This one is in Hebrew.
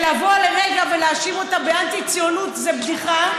לבוא לרגע ולהאשים אותה באנטי-ציונות זו בדיחה,